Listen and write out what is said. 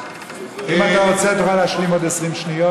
אם אתה רוצה, תוכל להשלים עוד 20 שניות.